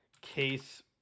case